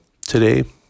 today